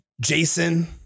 Jason